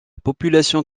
population